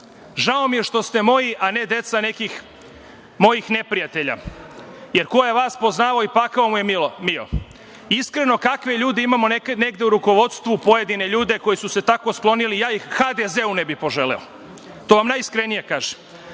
„Žao mi je što ste moji, a ne deca nekih mojih neprijatelja, jer ko je vas poznavao i pakao mu je mio. Iskreno, kakve ljude imamo negde u rukovodstvu, pojedine ljude koji su se tako sklonili, ja ih HDZ-u ne bih poželeo. To vam najiskrenije kažem.